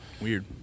Weird